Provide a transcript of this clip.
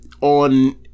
on